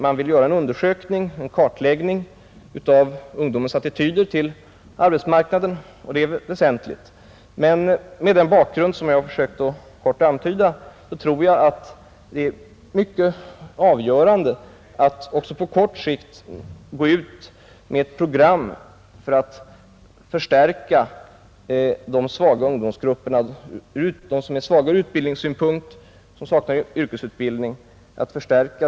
Man vill göra en kartläggning av ungdomens attityder på arbetsmarknaden, och det är väsentligt, men med den bakgrund som jag försökt att kort antyda tror jag att det är avgörande att också på kort sikt gå ut med ett program för att allmänt på arbetsmarknaden stärka de ungdomsgruppers ställning som är svaga ur utbildningssynpunkt och saknar yrkesutbildning.